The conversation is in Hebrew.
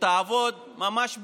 שתעבוד ממש בקרוב,